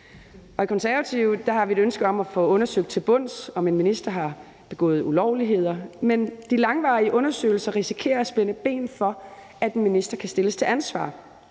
i Konservative har vi et ønske om at få undersøgt til bunds, om en minister har begået ulovligheder, men de langvarige undersøgelser risikerer at spænde ben for, at en minister kan stilles til ansvar.